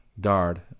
Dard